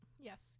Yes